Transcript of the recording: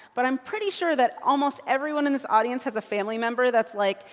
but i'm pretty sure that almost everyone in this audience has a family member that's like.